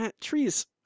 trees